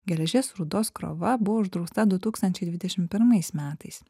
geležies rūdos krova buvo uždrausta du tūkstančiai dvidešimt pirmais metais